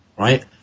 Right